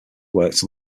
worked